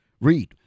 read